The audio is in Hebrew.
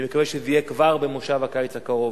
אני מקווה שזה יהיה כבר בכנס הקיץ הקרוב.